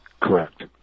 Correct